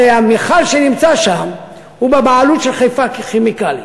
הרי המכל שנמצא שם הוא בבעלות של "חיפה כימיקלים".